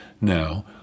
Now